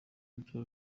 bitaro